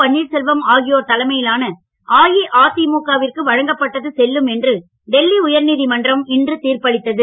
பன்னீர்செல்வம் ஆகியோர் தலைமையிலான அஇஅதிமுக விற்கு வழங்கப்பட்டது செல்லும் என்று டெல்லி உயர்நீதிமன்றம் இன்று தீர்ப்பளித்தது